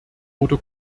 oder